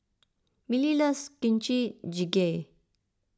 Milly loves Kimchi Jjigae